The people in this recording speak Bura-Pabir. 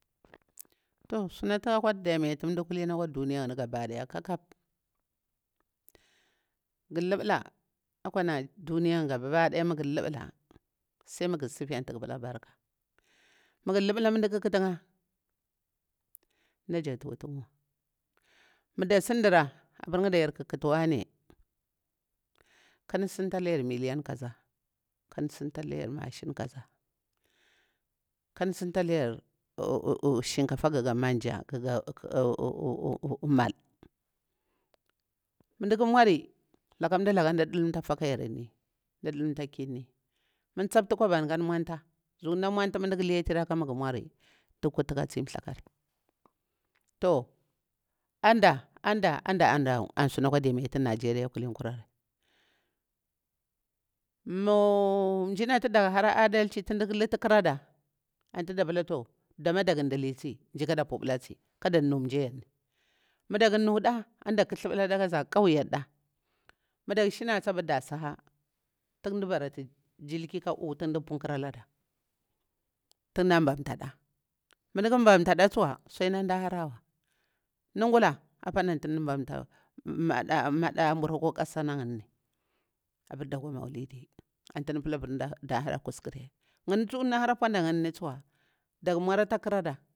Toh sunati akwa dimiti ndah kulini akwa duniya ngani kulini gaba ɗaya kahkap, gar luɓlah akwa nah ɗuniya ngani gabaɗaya mah, gah luɓubah sai magusi sifiya ati gu palah barka magu lupalah mah duƙu utinkha ndajak wutun wa maɗasin ndira abir ngada yar ƙuti wane kadu sintalayar milin kaziah kadu. Sintalayar machin kazah kadu sintalaya shinkata kaza kah guga mauja mal. mah nɗuk nmwari lakah nɗulaka ndi ɗulumta faku yarni, nɗi dulutah kinni madig tsiti kwabani dukaɗi nmwanta. Zuku ɗah nmwanta madik liti raƙah magu nmwari duƙu kurti tsi nthlakari. Toh adah, adah, adah an suna kwa dimiti nigeria kukinƙurari. Amah njinati daƙ hara adaki ti ndi lutikuredah, ati ɗa pala toh ɗama daƙu ndili tsi njika ɗa pulasi kaɗan njiyarni madak nuɗah anda kthlu dabaɗa kah za kauyer ɗa, madak shinasi abar dah siha tin di bara jilki ka'u tin di pukraladah tin dah nbamtadah. mah dik nbamtada tsuwa suɗidahlarawa ngulah apani anldi nbabata madah nburu akwa asa nagan abar dakwa maulidi adi pala da hara kuskuri. Ngani tsuwa nahar punda nagani tsu.